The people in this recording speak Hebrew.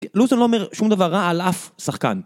לוסן לא אומר שום דבר רע על אף שחקן.